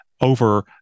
over